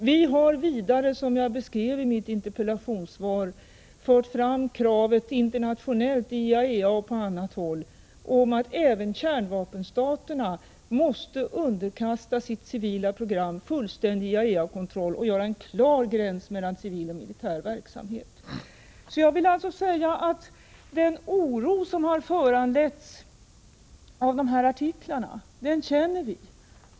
Vi har vidare, som jag beskrev i mitt interpellationssvar, internationellt i IAEA och på annat håll fört fram kravet att även kärnvapenstaterna måste underkasta sina civila program fullständig IAEA-kontroll och att en klar gräns måste göras mellan civil och militär verksamhet. Jag vill alltså säga att också vi känner den oro som föranletts av dessa artiklar.